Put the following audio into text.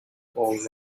all